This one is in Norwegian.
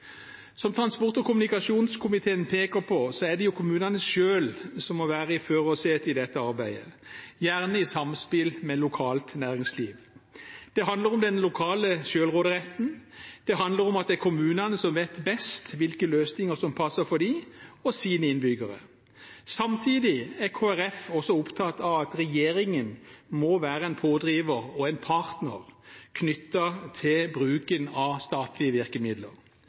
Som transport- og kommunikasjonskomiteen peker på, er det kommunene selv som må være i førersetet i dette arbeidet, gjerne i samspill med lokalt næringsliv. Det handler om den lokale selvråderetten, og det handler om at det er kommunene som vet best hvilke løsninger som passer for dem og deres innbyggere. Samtidig er Kristelig Folkeparti opptatt av at regjeringen må være en pådriver og en partner knyttet til bruken av statlige virkemidler.